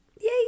yay